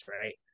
right